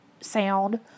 sound